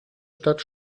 stadt